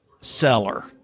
seller